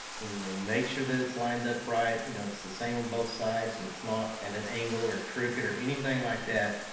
and you know make sure that it's lined up right, that you know it's the same on both sides and it's not at an angle or crooked or anything like that.